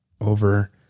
over